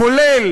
כולל